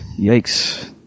Yikes